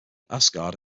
asgard